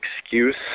excuse